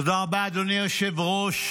תודה רבה, אדוני היושב-ראש.